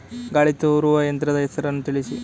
ಗಾಳಿ ತೂರುವ ಯಂತ್ರದ ಹೆಸರನ್ನು ತಿಳಿಸಿ?